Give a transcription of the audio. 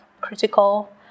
critical